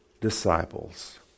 disciples